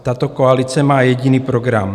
Tato koalice má jediný program.